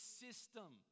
system